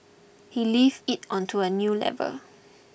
he lifts it onto a new level